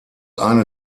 eine